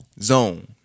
zone